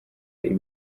ibi